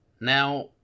Now